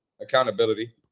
accountability